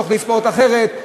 תוכנית ספורט אחרת,